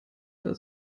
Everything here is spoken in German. als